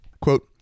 Quote